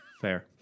Fair